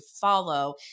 follow